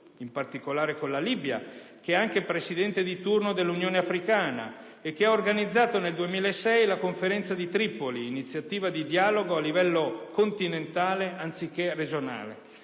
in particolare con la Libia, che è anche presidente di turno dell'Unione africana e che ha organizzato nel 2006 la Conferenza di Tripoli, iniziativa di dialogo a livello continentale anziché regionale.